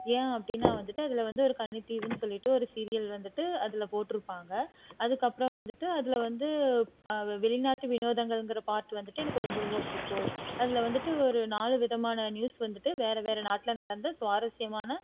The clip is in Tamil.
ஏன் அப்படின்னா வந்துட்டு அதில் வந்து ஒரு கன்னித்தீவுன்னு சொல்லிட்டு ஒரு சீரியல் வந்துட்டு அதில் போட்டிருப்பாங்க அதுக்கப்புறம் வந்துட்டு அதில் வந்து வெளிநாட்டு வினோதங்கள்ங்கிற பார்ட் வந்துட்டு எனக்கு ரொம்ப ரொம்ப பிடிக்கும் அதில் வந்துட்டு ஒரு நாலு விதமான நியூஸ் வந்துட்டு வேறு வேறு நாட்டில் நடந்த சுவாரஸ்யமான